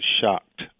shocked